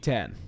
Ten